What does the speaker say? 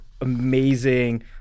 amazing